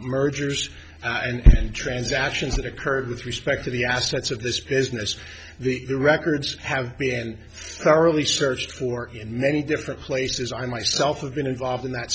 mergers and transactions that occurred with respect to the assets of this business the records have been thoroughly searched for many different places i myself have been involved in that